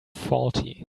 faulty